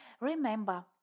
Remember